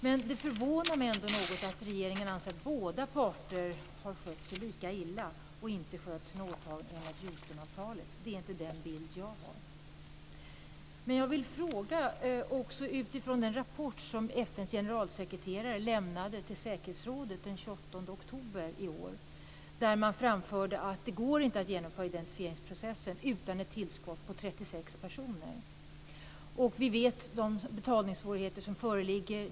Men det förvånar mig ändå att regeringen anser att båda parter har skött sig lika illa och inte skött sina åtaganden enligt Houstonavtalet. Det är inte den bild som jag har. FN:s generalsekreterare lämnade en rapport till säkerhetsrådet den 28 oktober i år där det framgår att det inte går att genomföra identifieringsprocessen utan ett tillskott på 36 personer. Vi känner också till de betalningssvårigheter som föreligger.